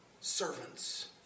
servants